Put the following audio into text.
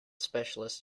specialists